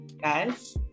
guys